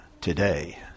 today